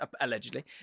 allegedly